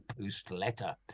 post-letter